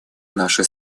наши